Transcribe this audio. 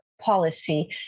policy